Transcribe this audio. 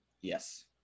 Yes